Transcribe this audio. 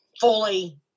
fully